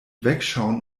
wegschauen